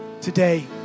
today